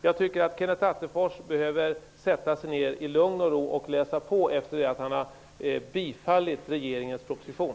Jag tycker att Kenneth Attefors behöver sätta sig ned i lugn och ro och läsa på efter det att han röstat ja till regeringens proposition.